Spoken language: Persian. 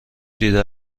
دیده